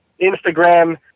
Instagram